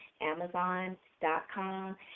Amazon.com